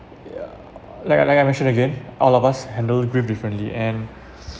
yeah like I like I mention again all of us handle grief differently and